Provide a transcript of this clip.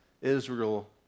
Israel